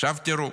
עכשיו, תראו,